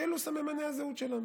שאלו סממני הזהות שלנו.